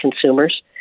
consumers